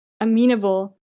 amenable